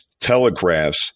telegraphs